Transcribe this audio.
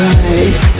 right